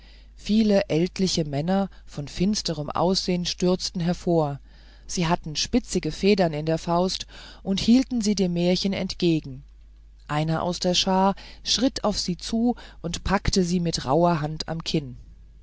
viele ältliche männer von finsterem aussehen stürzten hervor sie hatten spitzige federn in der faust und hielten sie dem märchen entgegen einer aus der schar schritt auf sie zu und packte sie mit rauher hand am kinn